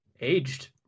aged